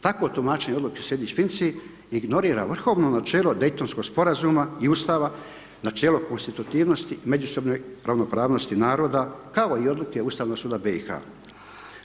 Takvo tumačenje odluke ... ignorira vrhovno načelo Daytonskog sporazuma i Ustava, načelo konstitutivnosti međusobne ravnopravnosti naroda kao i odluke Ustavnog suda BiH-a.